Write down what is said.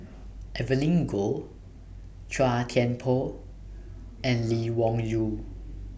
Evelyn Goh Chua Thian Poh and Lee Wung Yew